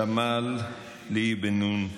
סמלת ליה בן נון,